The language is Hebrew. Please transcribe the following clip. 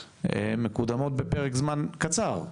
מקודמות בפרק זמן קצר.